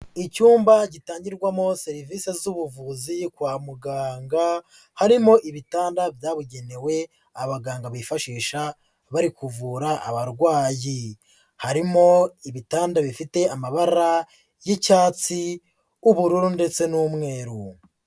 Icyumba gitangirwamo serivise z'ubuvuzi yo kwa muganga, harimo ibitanda byabugenewe abaganga bifashisha bari kuvura abarwayi, harimo ibitanda bifite amabara y'icyatsi, ubururu ndetse n'umweru.